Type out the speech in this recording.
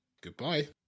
Goodbye